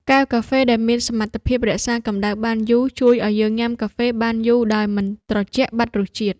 កែវកាហ្វេ ដែលមានសមត្ថភាពរក្សាកម្ដៅបានយូរ ជួយឱ្យយើងញ៉ាំកាហ្វេបានយូរដោយមិនត្រជាក់បាត់រសជាតិ។